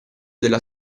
della